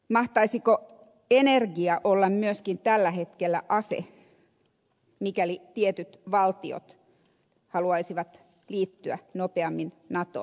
mahtaisiko energia olla myöskin tällä hetkellä ase mikäli tietyt valtiot haluaisivat liittyä nopeammin natoon